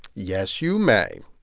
yes, you may.